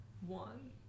one